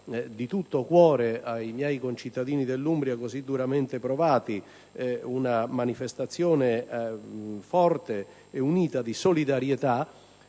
di tutto cuore ai miei concittadini dell'Umbria, così duramente provati, una manifestazione forte e unita di solidarietà,